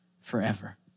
forever